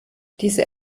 diese